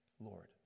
Lord